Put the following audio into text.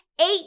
eight